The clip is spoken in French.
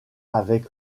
avec